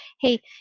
hey